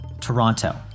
Toronto